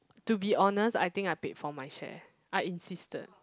to be honest I think I paid for my share I insisted